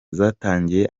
zatangiye